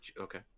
Okay